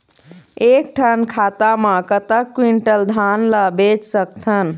एक ठन खाता मा कतक क्विंटल धान ला बेच सकथन?